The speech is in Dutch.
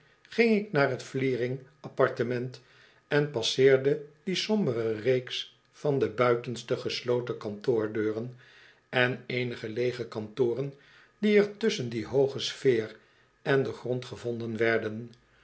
ging ik naar t vliering appartement en passeerde die sombere reeks van de buitenste gesloten kantoordeuren en eenige leege kantoren die er tusschen die hooge sfeer en den grond gevonden werden